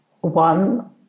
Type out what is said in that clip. One